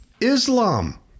Islam